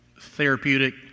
therapeutic